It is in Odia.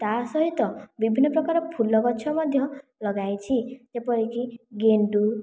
ଏବଂ ତା'ସହିତ ବିଭିନ୍ନ ପ୍ରକାର ଫୁଲଗଛ ମଧ୍ୟ ଲଗାଇଛି ଯେପରିକି ଗେଣ୍ଡୁ